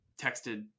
texted